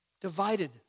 divided